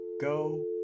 Go